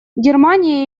германия